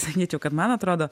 sakyčiau kad man atrodo